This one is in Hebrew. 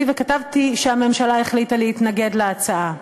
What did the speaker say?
וכתבתי שהממשלה החליטה להתנגד להצעה.